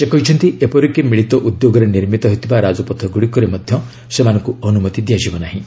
ସେ କହିଛନ୍ତି ଏପରିକି ମିଳିତ ଉଦ୍ୟୋଗରେ ନିର୍ମିତ ହେଉଥିବା ରାଜପଥଗୁଡ଼ିକରେ ମଧ୍ୟ ସେମାନଙ୍କୁ ଅନୁମତି ଦିଆଯିବ ନାହିଁ